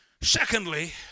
Secondly